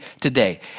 today